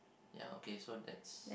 ya okay so that's